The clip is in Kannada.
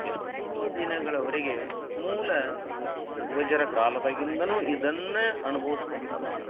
ಎಷ್ಟೋ ದಿನಗಳವರೆಗೆ ಮೂಲ ಪೂರ್ವಜರ ಕಾಲದಾಗಿಂದಲೂ ಇದನ್ನೇ ಅನುಬೋಸ್ಕೊಂತ ಬಂದಾನೆ